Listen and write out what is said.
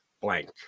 blank